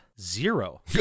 zero